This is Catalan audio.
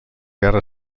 guerra